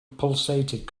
pulsated